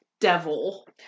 Devil